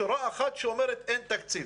שורה אחת שאומרת: "אין תקציב".